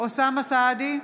אוסאמה סעדי,